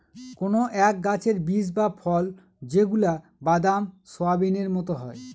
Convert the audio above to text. কোনো এক গাছের বীজ বা ফল যেগুলা বাদাম, সোয়াবিনের মতো হয়